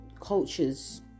cultures